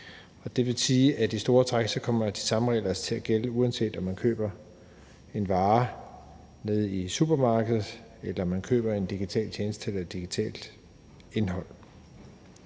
træk sige, at de samme regler altså kommer til at gælde, uanset om man køber en vare nede i supermarkedet, eller man køber en digital tjeneste eller et digitalt indhold.